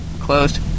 Closed